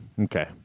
Okay